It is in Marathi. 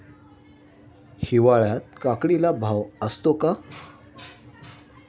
हिवाळ्यात काकडीला भाव असतो का?